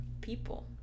people